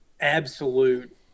absolute